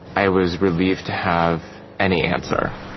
i was relieved to have any answer.